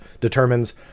determines